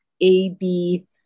AB